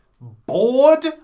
bored